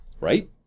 Right